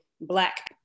black